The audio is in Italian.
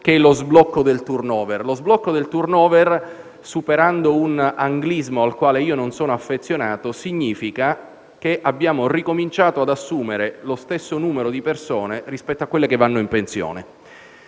che è lo sblocco del *turnover* che, superando un anglismo al quale non sono affezionato, significa che abbiamo ricominciato ad assumere lo stesso numero di persone rispetto a quelle che vanno in pensione.